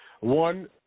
One